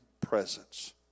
presence